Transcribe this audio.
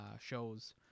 shows